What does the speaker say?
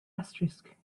asterisk